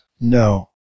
no